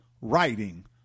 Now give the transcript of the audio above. writing